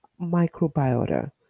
microbiota